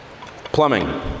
Plumbing